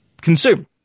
consume